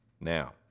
Now